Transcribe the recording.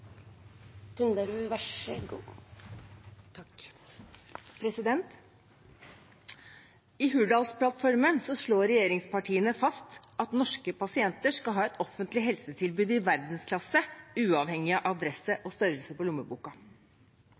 I Hurdalsplattformen slår regjeringspartiene fast at norske pasienter skal ha et offentlig helsetilbud i verdensklasse, uavhengig av adresse og størrelse på